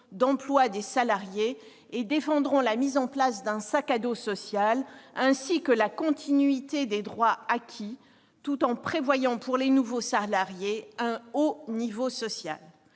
d'emploi des salariés et défendrons la mise en place d'un « sac à dos social », ainsi que la continuité des droits acquis, tout en prévoyant un haut niveau social